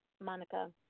Monica